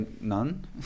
none